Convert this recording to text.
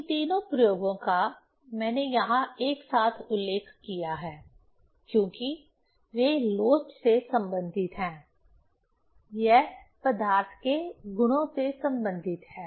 इन तीनों प्रयोगों का मैंने यहां एक साथ उल्लेख किया है क्योंकि वे लोच से संबंधित हैं यह पदार्थ के गुणों से संबंधित है